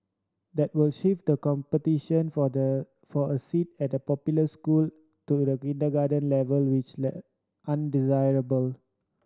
that will shift the competition for the for a seat at the popular school to the kindergarten level which undesirable